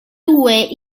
due